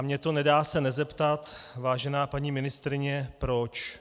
Mně to nedá se nezeptat, vážená paní ministryně, proč.